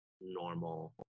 normal